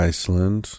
Iceland